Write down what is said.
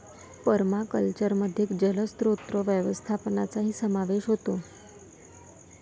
पर्माकल्चरमध्ये जलस्रोत व्यवस्थापनाचाही समावेश होतो